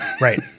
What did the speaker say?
right